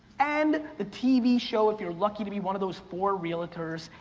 and the tv show, if you're lucky to be one of those four realtors,